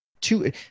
Two